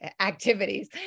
activities